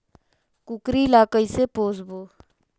कूकरी ला कइसे पोसबो?